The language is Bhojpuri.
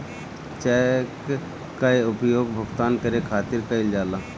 चेक कअ उपयोग भुगतान करे खातिर कईल जाला